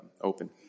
open